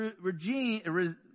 regime